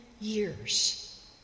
years